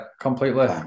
completely